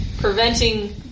preventing